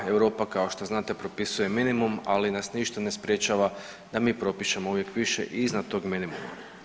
Europa kao što znate propisuje minimum ali nas ništa ne sprječava da mi propišemo uvijek više i iznad dog minimuma.